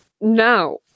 No